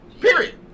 Period